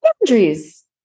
boundaries